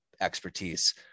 expertise